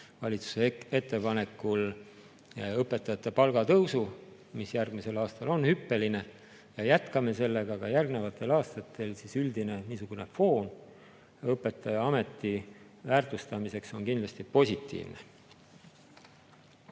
valitsuse ettepanekul õpetajate palgatõusu, mis järgmisel aastal on hüppeline, ja jätkame sellega ka järgnevatel aastatel, siis üldine foon õpetajaameti väärtustamiseks on kindlasti positiivne.